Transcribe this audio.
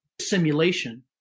simulation